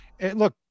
look